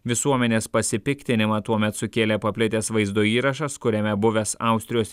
visuomenės pasipiktinimą tuomet sukėlė paplitęs vaizdo įrašas kuriame buvęs austrijos